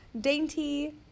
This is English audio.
dainty